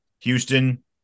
Houston